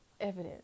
evidence